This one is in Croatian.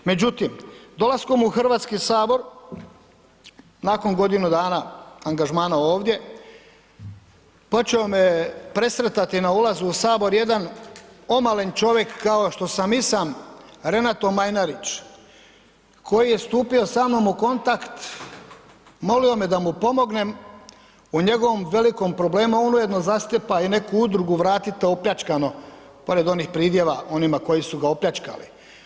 Međutim, dolaskom u Hrvatski sabor, nakon godinu dana angažmana ovdje počeo me je presretati na ulazu u sabor jedan omalen čovjek kao što sam i sam, Renato Majnarić koji je stupio sa mnom u kontakt, molio me da mu pomognem, u njegovom velikom problemu a on ujedno zastupa i neku udrugu, vratite opljačkano pored onih pridjeva onima koji su ga opljačkali.